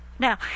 Now